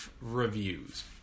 reviews